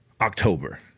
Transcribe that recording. October